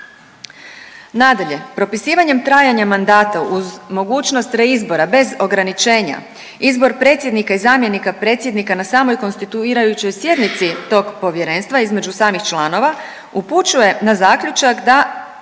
Nadalje, propisivanjem trajanja mandata uz mogućnost reizbora bez ograničenja izbor predsjednika i zamjenika predsjednika na samoj konstituirajućoj sjednici tog povjerenstva između samih članova upućuje na zaključak da